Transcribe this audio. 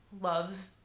loves